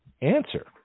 answer